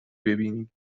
ببینیم